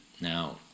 Now